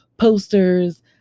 posters